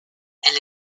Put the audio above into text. elle